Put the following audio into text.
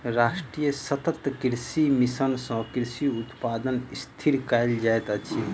राष्ट्रीय सतत कृषि मिशन सँ कृषि उत्पादन स्थिर कयल जाइत अछि